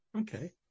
okay